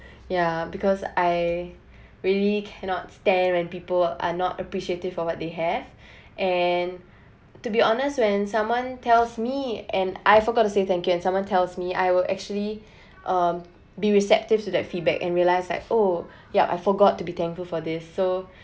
ya because I really cannot stand when people are not appreciative for what they have and to be honest when someone tells me and I forgot to say thank you and someone tells me I will actually um be receptive to that feedback and realise that oh ya I forgot to be thankful for this so